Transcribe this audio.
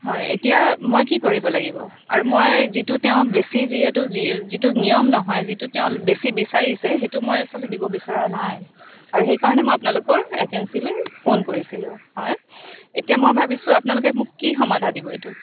হয় এতিয়া মই কি কৰিব লাগিব আৰু মই যিটো তেওঁ বেছি যিহেতু যিটো নিয়ম নহয় যিটো তেওঁ বেছি বিচাৰিছে সেইটো মই আচলতে দিব বিচৰা নাই আৰু সেইকাৰণে মই আপোনালোকৰ এজেঞ্চিলৈ ফোন কৰিছিলোঁ হয় এতিয়া মই ভাবিছোঁ আপোনালোকে মোক কি সমাধা দিব এইটো